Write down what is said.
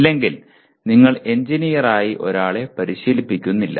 ഇല്ലെങ്കിൽ നിങ്ങൾ എഞ്ചിനീയറായി ഒരാളെ പരിശീലിപ്പിക്കുന്നില്ല